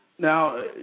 Now